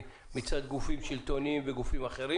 מצד גופים שלטוניים וגופים אחרים.